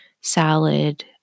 salad